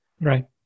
Right